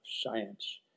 science